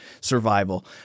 survival